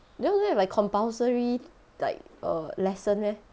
you all don't have like compulsory like err lesson meh